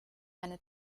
eine